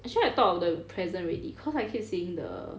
actually I thought of the present already cause I keep seeing the